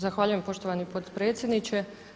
Zahvaljujem poštovani potpredsjedniče.